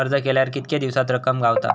अर्ज केल्यार कीतके दिवसात रक्कम गावता?